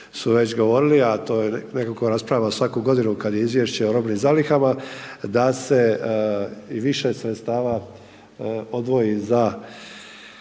su već govorili a to je nekako rasprava svaku godinu kad je izvješće o robnim zalihama, da se i više sredstava odvoji za